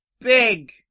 big